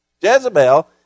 Jezebel